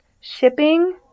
shipping